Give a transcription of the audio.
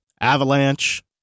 avalanche